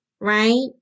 right